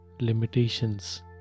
limitations